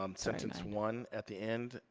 um sentence one at the end,